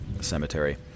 cemetery